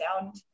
sound